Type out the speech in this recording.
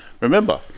Remember